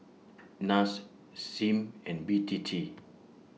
Nas SIM and B T T